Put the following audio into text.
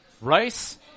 rice